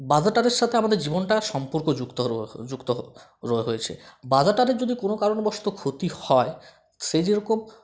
বাজাটারের সাথে আমাদের জীবনটা সম্পর্কযুক্ত যুক্ত হয়েছে বাজাটের যদি কোনো কারণবশত ক্ষতি হয় সে যেরকম